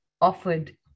offered